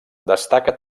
destaca